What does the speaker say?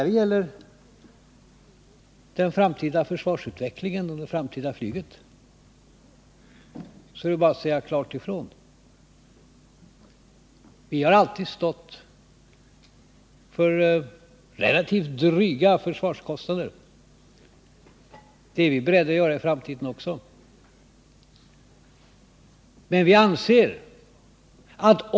Beträffande den framtida försvarsutvecklingen och det framtida flyget vill jag säga att vi liksom tidigare är beredda att ställa oss bakom ganska dryga kostnader.